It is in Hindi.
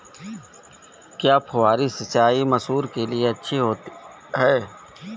क्या फुहारी सिंचाई मसूर के लिए अच्छी होती है?